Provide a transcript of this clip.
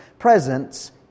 presence